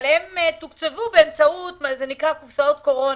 אבל הם תוקצבו באמצעות קופסאות קורונה.